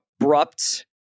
abrupt